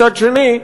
מצד שני,